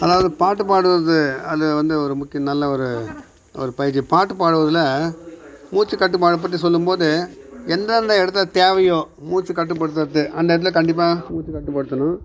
அதாவது பாட்டு பாடுவது அது வந்து ஒரு முக் நல்ல ஒரு ஒரு பயிற்சி பாட்டு பாடுவதில் மூச்சு கட்டுப்பாடை பற்றி சொல்லும்போது எந்தெந்த இடத்துல தேவையோ மூச்சு கட்டுப்படுத்துகிறது அந்த இடத்துல கண்டிப்பாக மூச்சு கட்டுப்படுத்தணும்